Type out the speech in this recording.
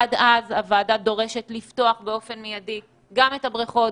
עד אז הוועדה דורשת לפתוח באופן מידי גם את הבריכות,